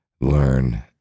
learn